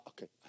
Okay